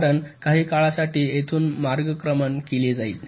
कारण काही काळासाठी येथून मार्गक्रमण केला जाईल